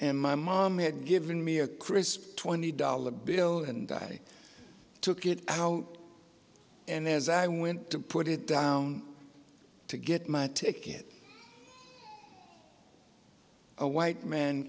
and my mom had given me a crisp twenty dollar bill and i took it out and as i went to put it down to get my ticket a white man